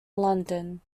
london